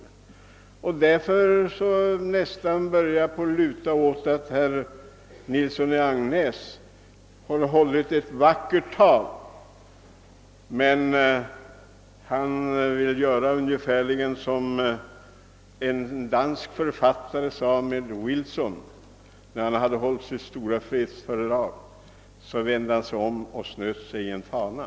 Jag börjar därför nästan luta åt uppfattningen att herr Nilsson i Agnäs har hållit ett vackert tal men därvid gjort ungefärligen som en dansk författare skrev om Woodrow Wilson. När denne en gång hållit ett stort anförande i samband med sin kampanj för en fredspolitik, vände han sig om och snöt sig i en fana.